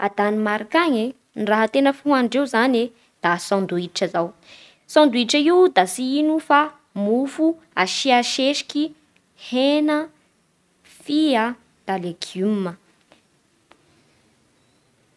A Danemarka agny e, ny raha tena fohanindreo zany e da sandwich izao. Sandwich io da tsy ino fa mofo asia sesiky hena, fia, da legioma.